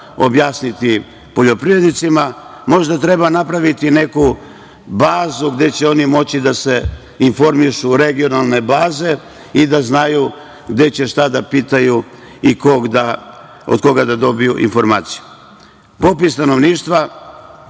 objasniti poljoprivrednicima, možda treba napraviti neku bazu gde će oni moći da se informišu, regionalne baze i da znaju gde će šta da pitaju i od koga da dobiju informaciju. Popis stanovništva